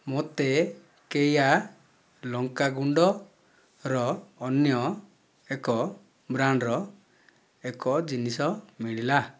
ମୋ'ତେ କେୟା ଲଙ୍କା ଗୁଣ୍ଡର ଅନ୍ୟ ଏକ ବ୍ରାଣ୍ଡ୍ର ଏକ ଜିନିଷ ମିଳିଲା